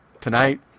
tonight